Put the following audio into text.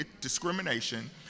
discrimination